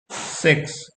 six